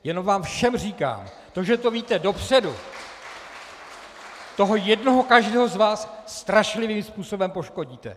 Jenom vám všem říkám, to, že to víte dopředu, toho jednoho každého z vás strašlivým způsobem poškodíte.